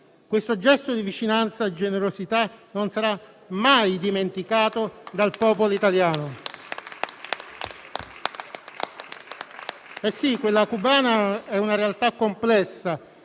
Questo gesto di vicinanza e generosità non sarà mai dimenticato dal popolo italiano. Quella cubana è una realtà complessa